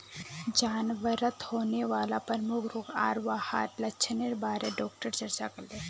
जानवरत होने वाला प्रमुख रोग आर वहार लक्षनेर बारे डॉक्टर चर्चा करले